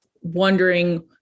wondering